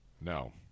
No